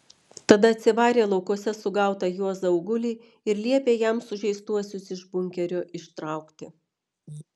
tada atsivarė laukuose sugautą juozą auglį ir liepė jam sužeistuosius iš bunkerio ištraukti